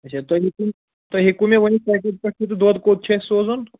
اَچھا تُہۍ ہیٚکو تُہۍ ہیٚکوٕ مےٚ ؤنِتھ کَتٮ۪تھ پٮ۪ٹھ تہٕ دۄد کوٚت چھُ اَسہِ سوزُن